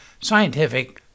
scientific